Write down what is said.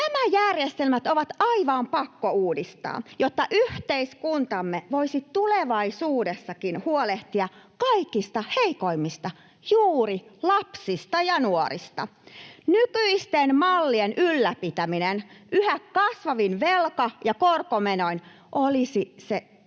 Nämä järjestelmät on aivan pakko uudistaa, jotta yhteiskuntamme voisi tulevaisuudessakin huolehtia kaikista heikoimmista, juuri lapsista ja nuorista. Nykyisten mallien ylläpitäminen yhä kasvavin velka- ja korkomenoin olisi se todellinen,